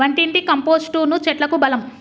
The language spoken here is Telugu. వంటింటి కంపోస్టును చెట్లకు బలం